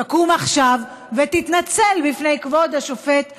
תקום עכשיו ותתנצל בפני כבוד השופט גולדברג.